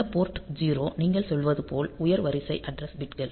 இந்த போர்ட் 0 நீங்கள் சொல்வது போல் உயர் வரிசை அட்ரஸ் பிட்கள்